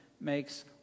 makes